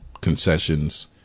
concessions